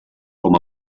com